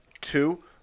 two